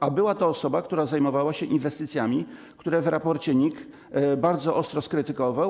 A była to osoba, która zajmowała się inwestycjami, które w raporcie NIK bardzo ostro skrytykował.